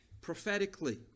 prophetically